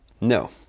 No